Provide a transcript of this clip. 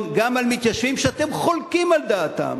גם על מתיישבים שאתם חולקים על דעתם?